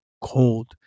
cold